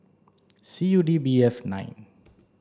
C U D B F nine